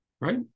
right